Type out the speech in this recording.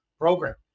program